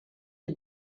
die